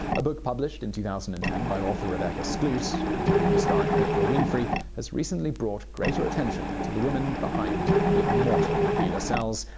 a book published in two thousand and ten by author rebecca skloot and a movie starring oprah winfrey has recently brought greater attention to the woman behind the immortal hela cells,